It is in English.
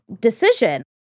decision